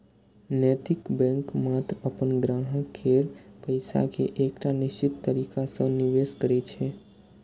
नैतिक बैंक मात्र अपन ग्राहक केर पैसा कें एकटा निश्चित तरीका सं निवेश करै छै